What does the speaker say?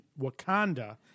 Wakanda